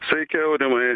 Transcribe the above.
sveiki aurimai